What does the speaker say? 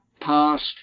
past